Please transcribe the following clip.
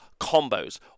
combos